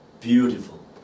Beautiful